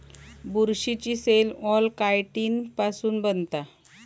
बुरशीची cell wall chitin पासुन बनता